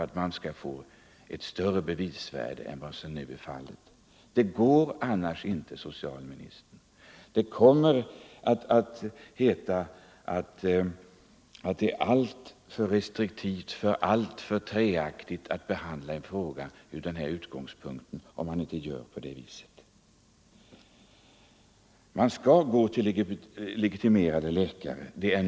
Man kommer inte ifrån denna fråga på något annat sätt, herr socialminister. Det kommer annars att heta att behandlingen av denna fråga varit alltför restriktiv eller träaktig. Det är nödvändigt att gå till legitimerade läkare.